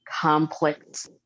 complex